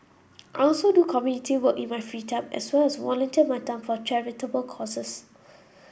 I also do community work in my free time as well as volunteer my time for charitable causes